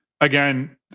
again